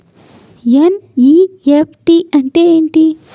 NEFT అంటే ఎంటి?